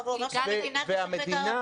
--- לא, הוא אמר שהמדינה תשפה את המוסדות.